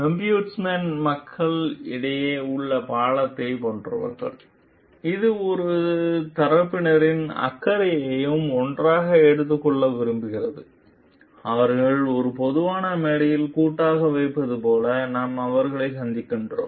ombudsman மக்கள் இடையே உள்ள பாலத்தைப் போன்றவர்கள் இது இரு தரப்பினரின் அக்கறையையும் ஒன்றாக எடுத்துக் கொள்ள விரும்புகிறது அவர்களை ஒரு பொதுவான மேடையில் கூட்டாக வைப்பது போல நாம் அவர்களை சந்திக்கிறோம்